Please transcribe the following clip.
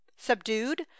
subdued